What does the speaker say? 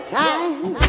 time